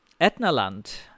Etnaland